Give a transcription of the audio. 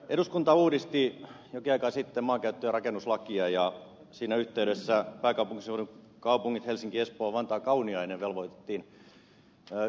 eduskunta uudisti jokin aika sitten maankäyttö ja rakennuslakia ja siinä yhteydessä pääkaupunkiseudun kaupungit helsinki espoo vantaa kauniainen velvoitettiin yhteiseen kaavatyöhön